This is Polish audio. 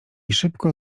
szybko